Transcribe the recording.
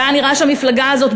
והיה נראה שהמפלגה הזאת,